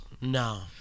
No